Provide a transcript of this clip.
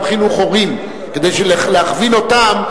גם חינוך הורים כדי להכווין אותם,